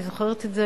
אני זוכרת את זה,